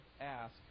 ask